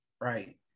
right